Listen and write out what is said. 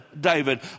David